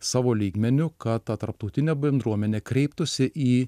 savo lygmeniu kad ta tarptautinė bendruomenė kreiptųsi į